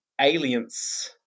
aliens